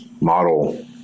model